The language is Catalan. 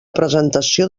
presentació